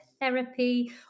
therapy